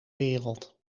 wereld